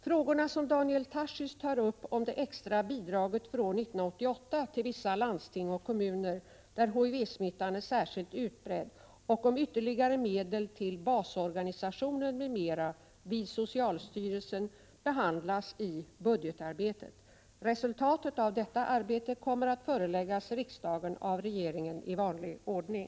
Frågorna som Daniel Tarschys tar upp om det extra bidraget för år 1988 till vissa landsting och kommuner, där HIV-smittan är särskilt utbredd, och om ytterligare medel till basorganisationen m.m. vid socialstyrelsen behandlas i budgetarbetet. Resultatet av detta arbete kommer att föreläggas riksdagen av regeringen i vanlig ordning.